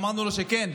אמרנו לו שכן,